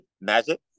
Magic